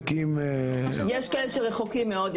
יש כאלה שרחוקים מאוד,